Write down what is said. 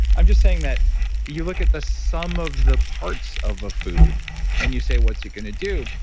i'm just saying that you look at the sum of the parts of a food and you say what's it going to do,